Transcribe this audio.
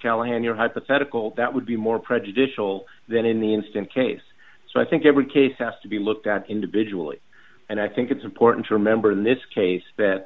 callahan your hypothetical that would be more prejudicial than in the instant case so i think every case has to be looked at individually and i think it's important to remember in this case that